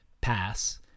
PASS